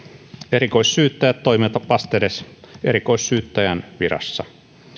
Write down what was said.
erikoissyyttäjät toimivat vastedes erikoissyyttäjän virassa